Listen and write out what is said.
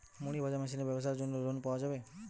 মুড়ি ভাজা মেশিনের ব্যাবসার জন্য লোন পাওয়া যাবে?